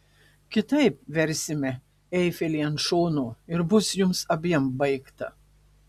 kitaip versime eifelį ant šono ir bus jums abiem baigta